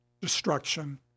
destruction